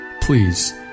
Please